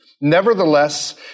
nevertheless